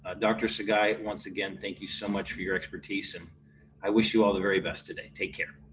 ah doctor sugai once again thank you so much for your expertise and i wish you all the very best today. take care.